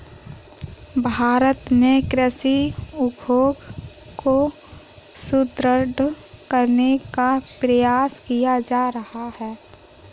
भारत में कृषि उद्योग को सुदृढ़ करने का प्रयास किया जा रहा है